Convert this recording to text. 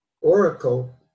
Oracle